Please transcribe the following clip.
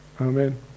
Amen